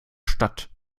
stadt